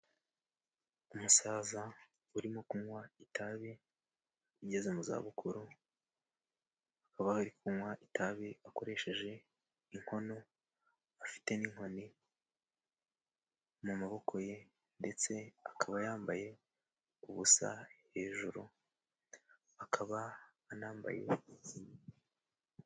Umusaza urimo kunywa itabi ageze mu za bukuru. Akaba ari kunywa itabi akoresheje inkono afite n'inkoni mu maboko ye, ndetse akaba yambaye ubusa hejuru akaba anambaye.